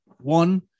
One